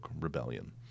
Rebellion